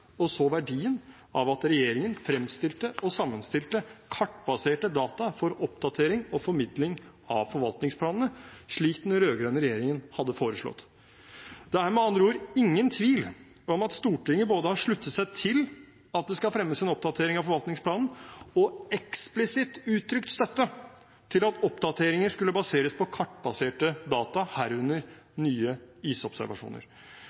og så verdien av at regjeringen fremstilte og sammenstilte kartbaserte data for oppdatering og formidling av forvaltningsplanene, slik den rød-grønne regjeringen hadde foreslått. Det er med andre ord ingen tvil om at Stortinget både har sluttet seg til at det skal fremmes en oppdatering av forvaltningsplanen, og eksplisitt uttrykt støtte til at oppdateringer skulle baseres på kartbaserte data, herunder nye isobservasjoner.